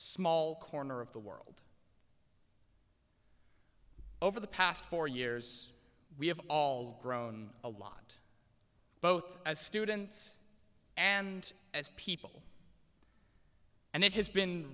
small corner of the world over the past four years we have all grown a lot both as students and as people and it has been